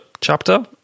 chapter